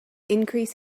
increase